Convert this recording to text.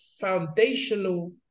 foundational